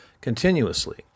continuously